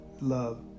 Love